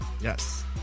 yes